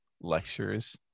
lectures